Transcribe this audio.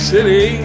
City